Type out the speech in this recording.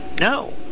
no